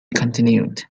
continued